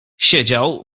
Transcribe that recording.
siedział